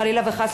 חלילה וחס,